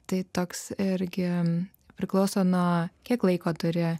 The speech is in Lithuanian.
tai toks irgi priklauso na kiek laiko turėjo